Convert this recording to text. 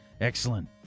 Excellent